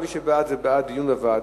מי שבעד, בעד דיון בוועדה.